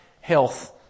health